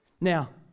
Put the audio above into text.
Now